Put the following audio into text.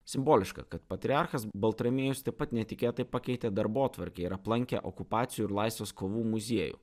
simboliška kad patriarchas baltramiejus taip pat netikėtai pakeitė darbotvarkę ir aplankė okupacijų ir laisvės kovų muziejų